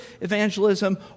evangelism